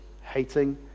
hating